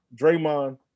Draymond